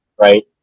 right